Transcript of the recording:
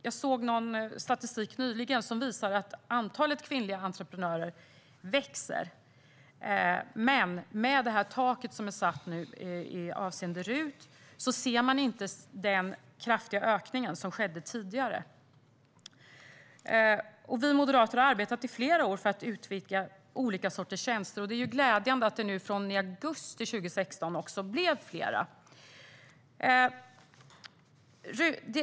Jag såg nyligen statistik som visar att antalet kvinnliga entreprenörer växer, men med det tak som nu har satts avseende RUT ser man inte den kraftiga ökning som fanns tidigare. Vi moderater har arbetat i flera år för att utvidga olika sorters tjänster, och det är glädjande att det nu blev fler från augusti 2016.